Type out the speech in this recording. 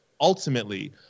ultimately